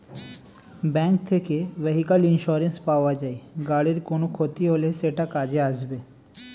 bank থেকে vehicle insurance পাওয়া যায়, গাড়ির কোনো ক্ষতি হলে সেটা কাজে আসবে